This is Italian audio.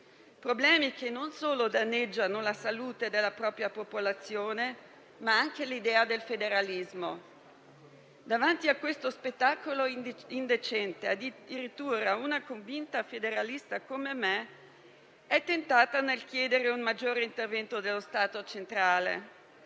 Problemi che non solo danneggiano la salute della propria popolazione, ma anche l'idea del federalismo. Davanti a questo spettacolo indecente, addirittura una convinta federalista come me è tentata nel chiedere un maggiore intervento dello Stato centrale.